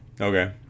Okay